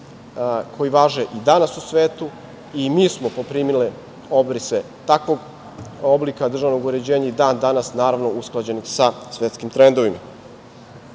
koji važe i danas u svetu, i mi smo poprimili obrise takvog oblika državnog uređenja i dan danas naravno usklađen sa svetskim trendovima. Podsetiću